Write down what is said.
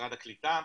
משרד הקליטה.